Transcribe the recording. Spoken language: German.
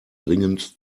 dringend